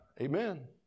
Amen